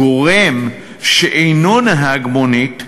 ובעת מכירת המונית לגורם שאינו נהג מונית,